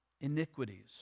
iniquities